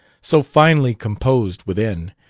so finely composed within,